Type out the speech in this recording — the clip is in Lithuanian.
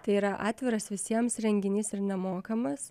tai yra atviras visiems renginys ir nemokamas